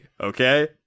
Okay